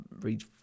read